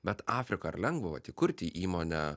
bet afrikoj ar lengva vat įkurti įmonę